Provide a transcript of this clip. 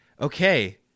okay